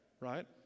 right